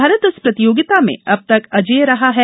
भारत इस प्रतियोगिता में अब तक अजेय रहा है